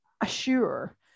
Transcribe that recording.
assure